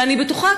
ואני בטוחה,